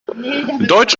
deutsch